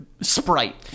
sprite